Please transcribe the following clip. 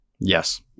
Yes